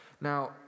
Now